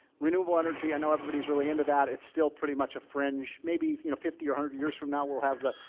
renewable energy, i know everybody's really into that it's still pretty much a fringe. maybe you know fifty or one hundred years from now, we'll have the,